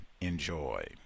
enjoy